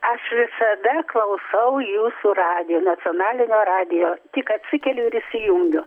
aš visada klausau jūsų radijo nacionalinio radijo tik atsikeliu ir įsijungiu